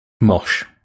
mosh